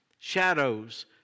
shadows